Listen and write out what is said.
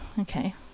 okay